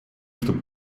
чтобы